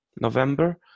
November